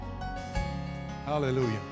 Hallelujah